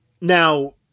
Now